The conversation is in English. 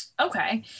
Okay